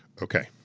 okay,